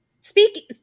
speak